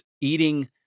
eating